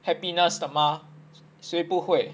happiness 的 mah 谁不会